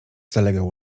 zalegał